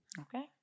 Okay